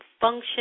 function